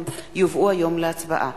והם יובאו היום להצבעה.